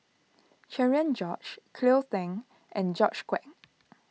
Cherian George Cleo Thang and George Quek